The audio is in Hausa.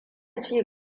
cin